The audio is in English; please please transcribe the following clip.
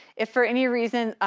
if for any reason,